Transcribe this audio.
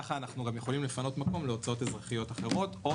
כך אנחנו יכולים לפנות מקום להוצאות אזרחיות אחרות או